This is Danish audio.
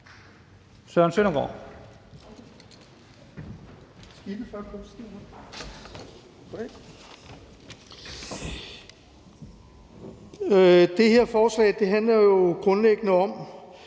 Det her forslag handler grundlæggende om,